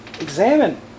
Examine